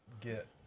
get